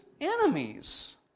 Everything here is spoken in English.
enemies